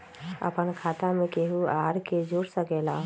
अपन खाता मे केहु आर के जोड़ सके ला?